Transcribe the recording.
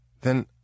then